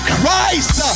Christ